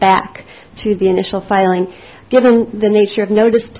back to the initial filing given the nature of noticed